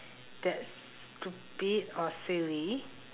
that stupid or silly